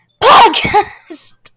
podcast